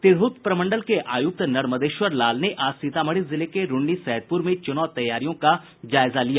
तिरहत प्रमंडल के आयूक्त नर्मदेश्वर लाल ने आज सीतामढ़ी जिले के रून्नीसैदपुर में चुनाव तैयारियों का जायजा लिया